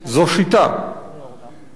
כאשר העסק מרוויח,